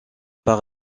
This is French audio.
par